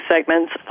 segments